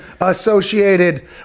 associated